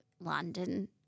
London